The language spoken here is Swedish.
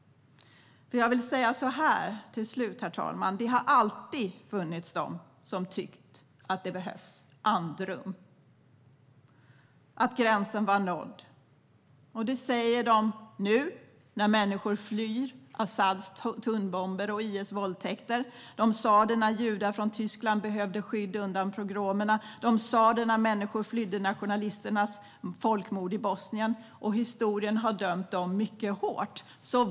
Det har alltid, herr talman, funnits de som tyckt att det behövs andrum och att gränsen är nådd. De säger det nu när människor flyr Asads tunnbomber och IS våldtäkter. De sa det när judar från Tyskland behövde skydd undan pogromerna. De sa det när människor flydde nationalisternas folkmord i Bosnien. Historien har dömt dem mycket hårt.